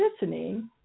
listening